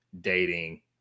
dating